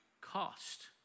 cost